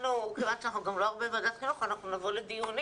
כיוון שאנחנו גם לא הרבה בוועדת החינוך אנחנו נבוא לדיונים